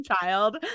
child